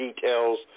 details